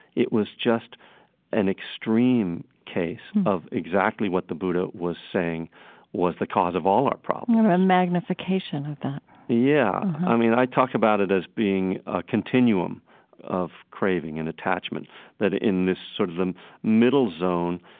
it was just an extreme case of exactly what the buddha was saying was the cause of all our problems a magnification of that yeah, i mean, i talk about it as being a continuum of craving and attachment that in this sort of middle zone,